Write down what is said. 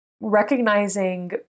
recognizing